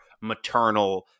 maternal